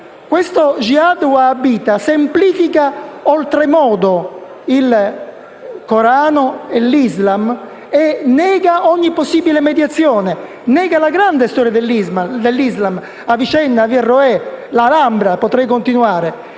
Questo *jihad* wahabita semplifica oltre modo il Corano e l'Islam e nega ogni possibile mediazione; nega la grande storia dell'Islam: Avicenna, Averroé, l'Alhambra e potrei continuare.